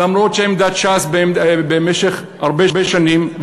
אומנם עמדת ש"ס במשך הרבה שנים,